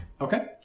Okay